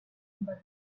but